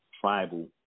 tribal